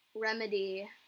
remedy